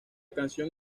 canción